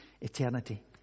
eternity